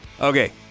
Okay